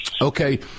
Okay